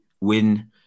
win